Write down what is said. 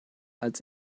als